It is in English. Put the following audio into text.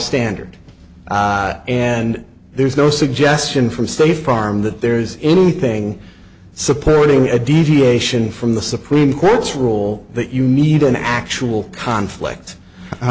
standard and there's no suggestion from state farm that there's anything supporting a deviation from the supreme court's role that you need an actual conflict u